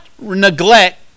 neglect